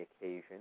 occasion